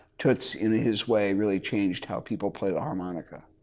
toots in his way really changed how people play the harmonica.